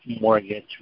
mortgage